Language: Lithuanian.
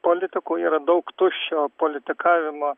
politikoj yra daug tuščio politikavimo